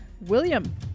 William